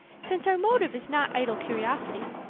since our motive is not idle curiosity.